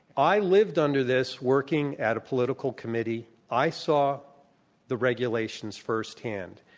i lived under this, working at a political committee. i saw the regulations firsthand,